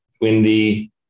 windy